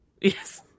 Yes